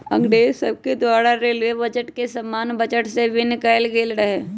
अंग्रेज सभके द्वारा रेलवे बजट के सामान्य बजट से भिन्न कएल गेल रहै